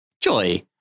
Joy